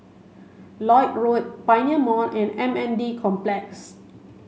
Lloyd Road Pioneer Mall and M N D Complex